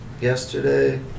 yesterday